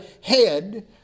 head